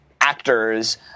actors